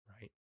right